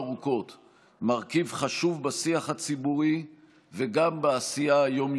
חבר הכנסת קלנר, גם בעד.